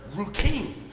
routine